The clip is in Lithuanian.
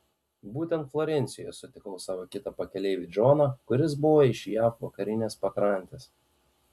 būtent florencijoje sutikau savo kitą pakeleivį džoną kuris buvo iš jav vakarinės pakrantės